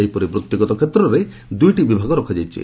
ସେହିପରି ବୃତ୍ତିଗତ କ୍ଷେତ୍ରରେ ଦୁଇଟି ବିଭାଗ ରଖାଯାଇଛି